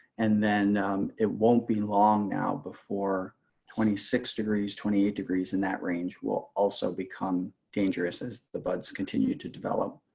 and then it won't be long now before twenty six degrees twenty eight degrees in that range will also become dangerous as the buds continue to develop.